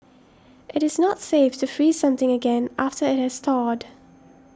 it is not safe to freeze something again after it has thawed